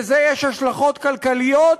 לזה יש השלכות כלכליות,